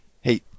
hey